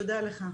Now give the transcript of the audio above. תודה לך.